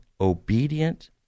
obedient